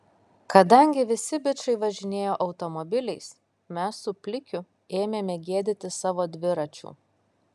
kadangi visi bičai važinėjo automobiliais mes su plikiu ėmėme gėdytis savo dviračių